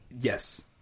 Yes